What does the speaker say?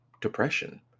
depression